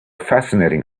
fascinating